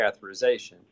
catheterization